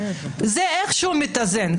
זה איכשהו מתאזן,